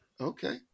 okay